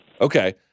Okay